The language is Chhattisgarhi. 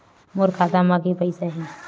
मोर खाता म के पईसा हे?